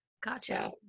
Gotcha